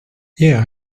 yeah